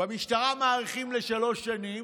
במשטרה מאריכים לשלוש שנים